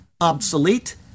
obsolete